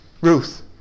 Ruth